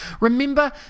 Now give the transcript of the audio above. Remember